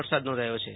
વરસાદ નોંધાયો છે